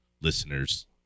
listeners